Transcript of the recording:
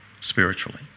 spiritually